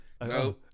no